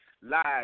Lies